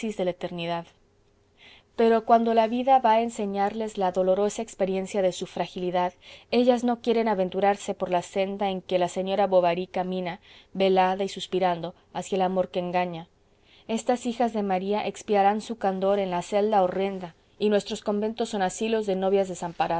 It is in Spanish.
de la eternidad pero cuando la vida va a enseñarles la dolorosa experiencia de su fragilidad ellas no quieren aventurarse por la senda en que la señora de bovary camina velada y suspirando hacia el amor que engaña éstas hijas de maría expiarán su candor en la celda horrenda y nuestros conventos son asilos de novias